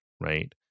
right